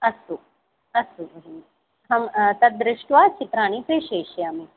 अस्तु अस्तु भगिनि अहं तद्दृष्ट्वा चित्राणि प्रेषयिष्यामि